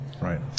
Right